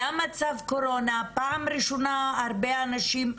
היה מצב קורונה, פעם ראשונה הרבה אנשים,